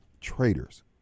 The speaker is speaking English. traitors